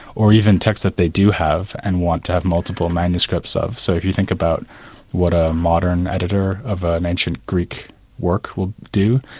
or even texts that they do have and want to have multiple manuscripts of. so if you think about what a modern editor of ah an ancient greek work would do,